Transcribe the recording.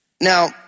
Now